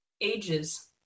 ages